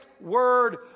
word